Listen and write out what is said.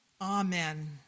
Amen